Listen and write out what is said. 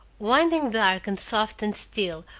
winding dark and soft and still,